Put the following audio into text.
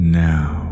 now